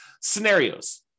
scenarios